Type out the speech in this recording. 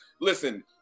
listen